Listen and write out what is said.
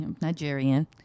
Nigerian